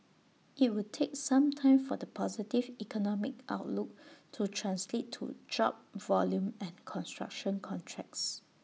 IT would take some time for the positive economic outlook to translate to job volume and construction contracts